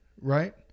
right